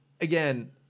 again